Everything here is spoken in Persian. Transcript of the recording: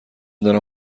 دارم